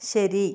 ശരി